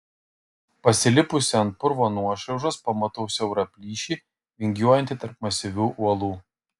pasilipusi ant purvo nuošliaužos pamatau siaurą plyšį vingiuojantį tarp masyvių uolų